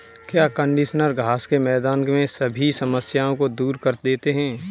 क्या कंडीशनर घास के मैदान में सभी समस्याओं को दूर कर देते हैं?